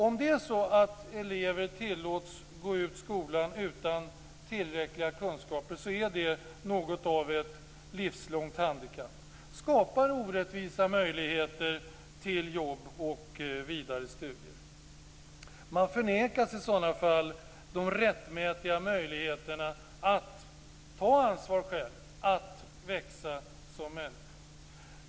Om elever tillåts gå ut skolan utan tillräckliga kunskaper är det något av ett livslångt handikapp. Det skapar orättvisa möjligheter till jobb och vidare studier. De förnekas i så fall de rättmätiga möjligheterna att själva ta ansvar att växa som människor.